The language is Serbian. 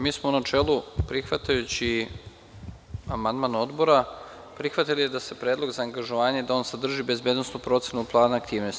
Mi smo u načelu, prihvatajući amandman odbora, prihvatili da se predlog za angažovanje da on sadrži bezbednosnu procenu plana aktivnosti.